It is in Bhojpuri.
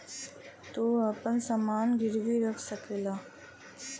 तू आपन समान गिर्वी रख सकला